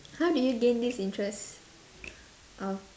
how did you gain this interest of